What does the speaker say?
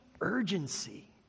urgency